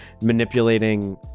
manipulating